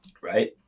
Right